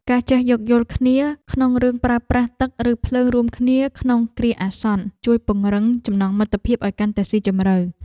ការចេះយោគយល់គ្នាក្នុងរឿងប្រើប្រាស់ទឹកឬភ្លើងរួមគ្នាក្នុងគ្រាអាសន្នជួយពង្រឹងចំណងមិត្តភាពឱ្យកាន់តែស៊ីជម្រៅ។